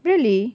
really